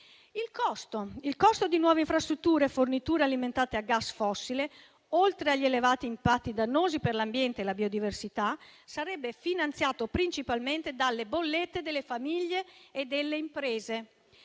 Il costo di nuove infrastrutture e forniture alimentate a gas fossile, oltre agli elevati impatti dannosi per l'ambiente e la biodiversità, sarebbe finanziato principalmente dalle bollette delle famiglie e delle imprese.